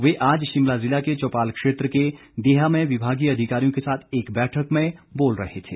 वे आज शिमला जिला के चौपाल क्षेत्र के देहा में विभागीय अधिकारियों के साथ एक बैठक में बोल रहे थे